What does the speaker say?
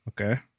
okay